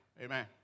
Amen